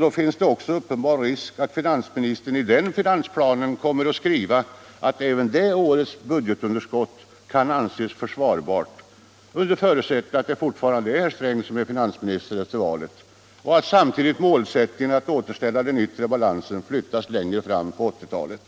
Då är det också uppenbar risk för att finansministern i den finansplanen kommer att skriva att även det årets budgetunderskott ”kan anses försvarbart” — under förutsättning att det fortfarande är herr Sträng som är finansminister efter valet — och att samtidigt målsättningen att återställa den yttre balansen flyttas längre fram på 1980-talet.